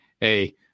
hey